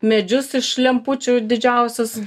medžius iš lempučių didžiausius